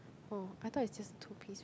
oh I thought it's just two piece one